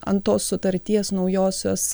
ant tos sutarties naujosios